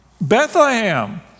Bethlehem